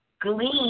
glean